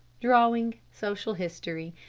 drawing, social history,